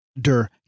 der